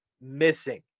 missing